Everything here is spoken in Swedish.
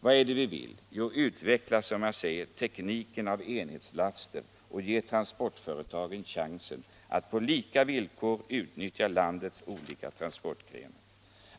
Vad är det då vi vill? Jo, vi vill utveckla enhetslasttekniken och ge transportföretagen chansen att på lika villkor utnyttja landets olika transportgrenar.